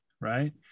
Right